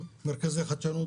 מרכזי חדשנות